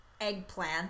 eggplant